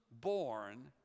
born